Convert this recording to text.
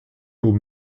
aux